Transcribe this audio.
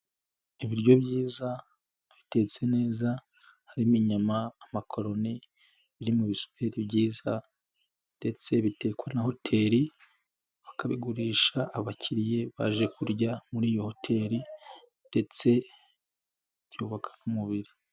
Ibiryo byiza, bitetse neza, harimo inyama, amakoroni, biri mu bisuperi byiza, ndetse bitekwa na hotel bakabigurisha abakiriya baje kurya muri iyo hoteli, ndetse byubaka n'umubiri.